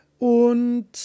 Und